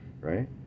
right